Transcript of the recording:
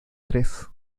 tres